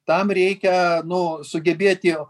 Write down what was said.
tam reikia nu sugebėti